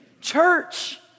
church